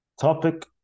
Topic